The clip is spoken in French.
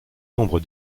nombre